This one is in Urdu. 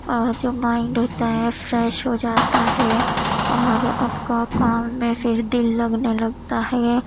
اور جو مائنڈ ہوتا ہے فریش ہو جاتا ہے اور آپ کا کام میں پھر دل لگنے لگتا ہے